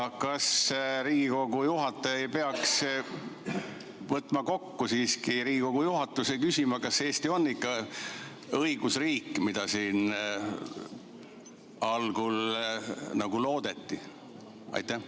kas Riigikogu juhataja ei peaks siiski kokku võtma Riigikogu juhatuse ja küsima, kas Eesti on ikka õigusriik, mida siin algul nagu loodeti? Aitäh!